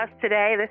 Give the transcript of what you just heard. today